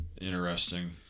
interesting